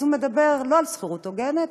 אז הוא מדבר לא על שכירות הוגנת,